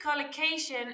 collocation